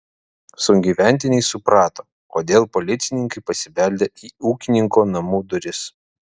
sugyventiniai suprato kodėl policininkai pasibeldė į ūkininko namų duris